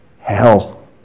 Hell